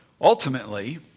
Ultimately